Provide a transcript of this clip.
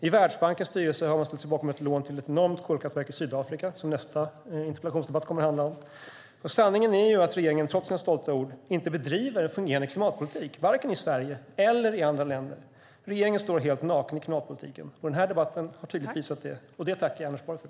I Världsbankens styrelse har han ställt sig bakom ett lån till ett enormt kolkraftverk i Sydafrika, vilket nästa interpellationsdebatt kommer att handla om. Sanningen är att regeringen trots sina stolta ord inte bedriver en fungerande klimatpolitik vare sig i Sverige eller i andra länder. Regeringen står helt naken i klimatpolitiken. Den här debatten har tydligt visat det, och det tackar jag Anders Borg för.